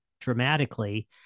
dramatically